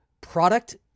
product